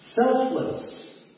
Selfless